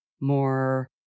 more